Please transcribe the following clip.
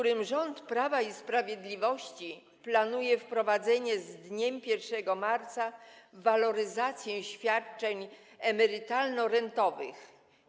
Rząd Prawa i Sprawiedliwości planuje wprowadzenie z dniem 1 marca waloryzacji świadczeń emerytalno-rentowych.